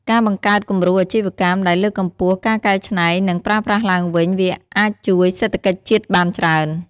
ការបង្កើតគំរូអាជីវកម្មដែលលើកកម្ពស់ការកែច្នៃ និងប្រើប្រាស់ឡើងវិញ វាអាចជួយសេដ្ឋកិច្ចជាតិបានច្រើន។